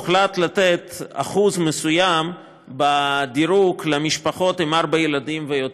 הוחלט לתת אחוז מסוים בדירוג למשפחות עם ארבעה ילדים ויותר.